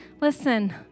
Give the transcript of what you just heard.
listen